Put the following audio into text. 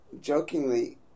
jokingly